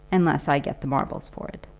unless i get the marbles for it.